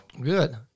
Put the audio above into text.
good